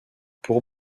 pour